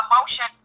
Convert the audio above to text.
emotion